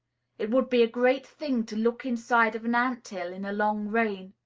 it would be a great thing to look inside of an ant-hill in a long rain.